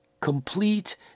complete